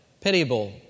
pitiable